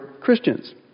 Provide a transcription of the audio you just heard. Christians